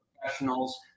professionals